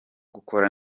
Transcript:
gukora